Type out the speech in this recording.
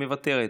מוותרת,